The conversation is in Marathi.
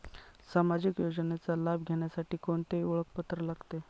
सामाजिक योजनेचा लाभ घेण्यासाठी कोणते ओळखपत्र लागते?